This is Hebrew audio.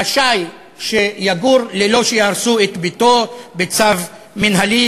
רשאי שיגור ללא שיהרסו את ביתו בצו מינהלי,